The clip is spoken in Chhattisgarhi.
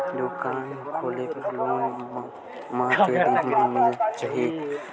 दुकान खोले बर लोन मा के दिन मा मिल जाही?